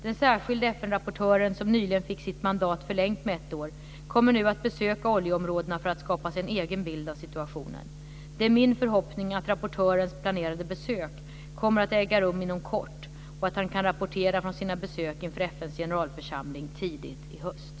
Den särskilde FN-rapportören, som nyligen fick sitt mandat förlängt med ett år, kommer nu att besöka oljeområdena för att skapa sig en egen bild av situationen. Det är min förhoppning att rapportörens planerade besök kommer att äga rum inom kort och att han kan rapportera från sina besök inför FN:s generalförsamling tidigt i höst.